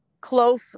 close